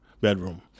bedroom